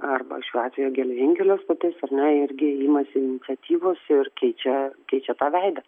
arba šiuo atveju geležinkelio stotis ar ne irgi imasi iniciatyvos ir keičia keičia tą veidą